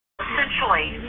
essentially